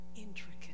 intricate